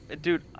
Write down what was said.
Dude